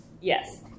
Yes